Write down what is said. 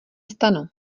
stanu